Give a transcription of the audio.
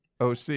OC